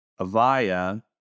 Avaya